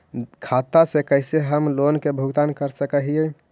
खाता से कैसे हम लोन के भुगतान कर सक हिय?